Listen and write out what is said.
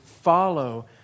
follow